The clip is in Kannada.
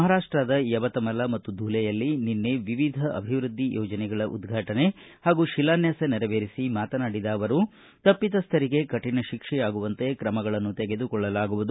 ಮಹಾರಾಷ್ಟದಯವತಮಲಮತ್ತು ಧುಲೆಯಲ್ಲಿನಿನ್ನೆ ವಿವಿಧ ಅಭಿವೃದ್ಧಿ ಯೋಜನೆಗಳ ಉದ್ಘಾಟನೆ ಹಾಗೂ ಶಿಲಾನ್ಯಾಸ ನೆರವೇರಿಸಿ ಮಾತನಾಡಿದ ಅವರು ತಪ್ಪಿತಸ್ಥರಿಗೆ ಕಠಿಣ ಶಿಕ್ಷೆಯಾಗುವಂತೆ ಕ್ರಮಗಳನ್ನು ತೆಗೆದುಕೊಳ್ಳಲಾಗುವುದು